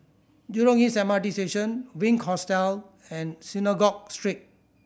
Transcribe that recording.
Jurong East M R T Station Wink Hostel and Synagogue Street